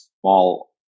small